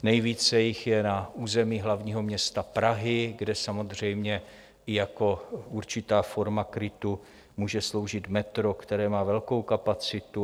Nejvíce jich je na území Hlavního města Prahy, kde samozřejmě jako určitá forma krytu může sloužit metro, které má velkou kapacitu.